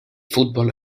fútbol